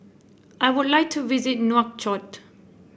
I would like to visit Nouakchott